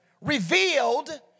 revealed